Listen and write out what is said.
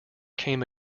came